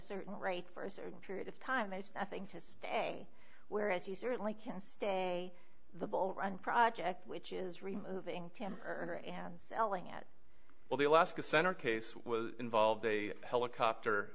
certain rate for a certain period of time as a thing to stay whereas you certainly can stay the bull run project which is removing timber and selling it well the alaska center case was involved a helicopter